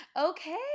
okay